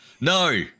no